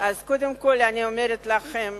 קודם כול, אני אומרת לכם